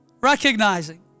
recognizing